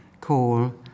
Call